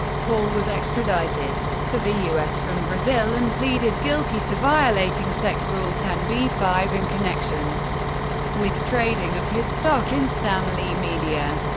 paul was extradited to the u s. from brazil and pleaded guilty to violating sec rule ten b five in connection with trading of his stock in stan lee media.